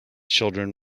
children